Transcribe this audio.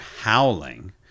howling